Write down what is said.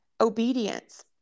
obedience